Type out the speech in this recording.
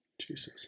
Jesus